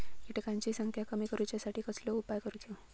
किटकांची संख्या कमी करुच्यासाठी कसलो उपाय करूचो?